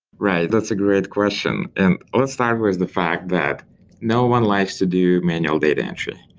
right. that's a great question. and let's start with the fact that no one likes to do manual data entry.